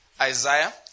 Isaiah